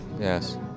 Yes